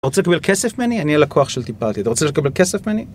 רוצה לקבל כסף מני? אני הלקוח של טיפלתי. אתה רוצה לקבל כסף מני?